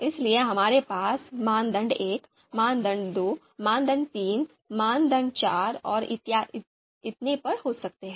इसलिए हमारे पास मानदंड 1 मानदंड 2 मानदंड 3 मानदंड 4 और इतने पर हो सकते हैं